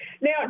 Now